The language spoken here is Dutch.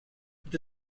het